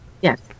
yes